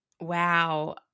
Wow